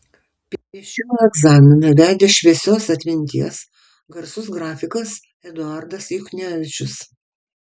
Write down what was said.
piešimo egzaminą vedė šviesios atminties garsus grafikas eduardas juchnevičius